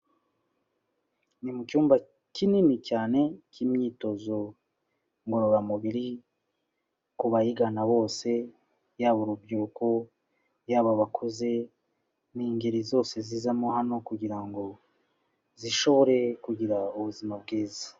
Ni mucyumba kinini cyane cy'imyitozo ngororamubiri kubayigana bose, yaba urubyiruko, yaba abakuze, ningeri zose zizamo hano kugira ngo zishobore kugira ubuzima bwiza.